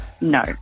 No